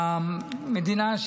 המדינה,